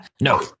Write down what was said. No